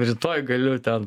rytoj galiu ten